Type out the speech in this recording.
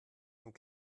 und